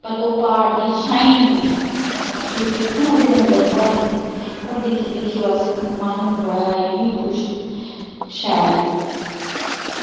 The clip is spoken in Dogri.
पर ओह् प्हाड़ गी शाइन इ'न्नी ऐ हून तुस दिक्खो ना ओह्दी रंगत प्हाड़ें दी दिक्खी दिक्खी बस मन बड़ा ई खुश शैल